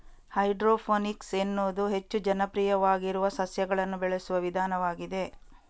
hydroponics ಎನ್ನುವುದು ಹೆಚ್ಚು ಜನಪ್ರಿಯವಾಗಿರುವ ಸಸ್ಯಗಳನ್ನು ಬೆಳೆಸುವ ವಿಧಾನವಾಗಿದೆ